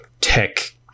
tech